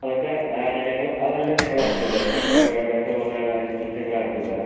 അതൊക്കെ ഞങ്ങള് അത് എല്ലാം ഞങ്ങള് ഇറക്കിത്തരാം നിങ്ങൾ എത്രയാണ് വേണ്ടതെന്നു വെച്ചാൽ പറഞ്ഞാൽ അതിന് ശേഷം ഞങ്ങൾ എറക്കിത്തരാം